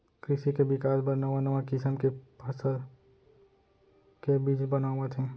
कृसि के बिकास बर नवा नवा किसम के फसल के बीज बनावत हें